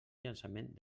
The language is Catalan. llançament